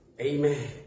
Amen